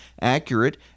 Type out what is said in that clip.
accurate